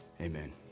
Amen